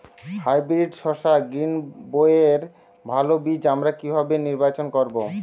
Hybrid শসা গ্রীনবইয়ের ভালো বীজ আমরা কিভাবে নির্বাচন করব?